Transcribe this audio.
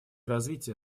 развития